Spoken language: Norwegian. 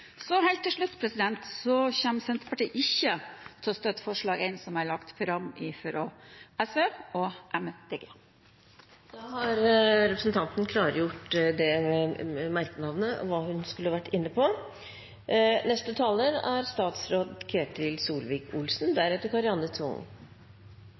ikke til å støtte forslag nr. 1, som er lagt fram av SV og Miljøpartiet De Grønne. Da har representanten klargjort at Senterpartiet skulle vært med på den merknaden. Dette er